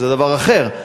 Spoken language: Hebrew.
זה דבר אחר.